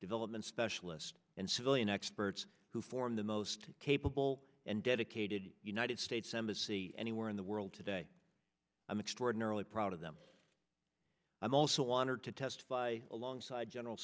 development specialists and civilian experts who form the most capable and dedicated united states embassy anywhere in the world today i'm extraordinarily proud of them i'm also honored to testify alongside general